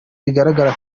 bigaragara